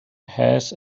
has